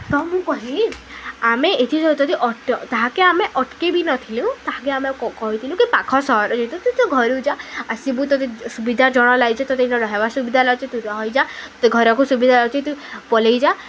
ତ ମୁଁ କହିଲି ଆମେ ଏଥି ଯଦି ଅଟ ତାହାକେ ଆମେ ଅଟ୍କେଇ ବି ନଥିଲୁ ତାହାକେ ଆମେ କହିଥିଲୁ କି ପାଖ ସହର ଯେହେତୁ ତୁ ଘରକୁ ଯା ଆସିବୁ ତତେ ସୁବିଧା ଜଣା ଲାଗିଚେ ତତେ ଇନ ରହେବା ସୁବିଧା ଲାଗଚି ତୁ ରହିଯା ତ ଘରକୁ ସୁବିଧା ହଉଛି ତୁ ପଲେଇଯା